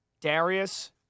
Darius